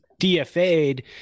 DFA'd